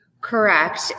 correct